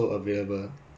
ya then 你